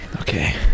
okay